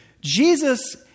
Jesus